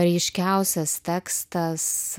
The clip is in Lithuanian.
ryškiausias tekstas